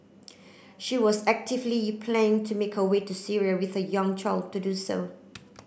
she was actively playing to make her way to Syria with her young child to do so